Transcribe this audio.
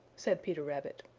said peter rabbit.